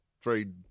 trade